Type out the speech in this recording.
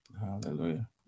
hallelujah